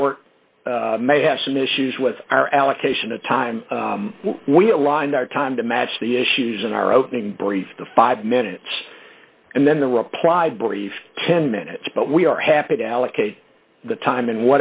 court may have some issues with our allocation of time we aligned our time to match the issues in our opening brief the five minutes and then the reply brief ten minutes but we are happy to allocate the time in